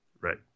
Right